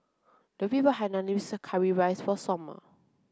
Lovey bought Hainanese curry rice for Sommer